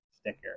sticker